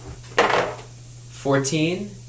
Fourteen